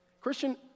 Christian